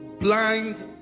blind